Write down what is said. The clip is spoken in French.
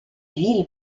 ville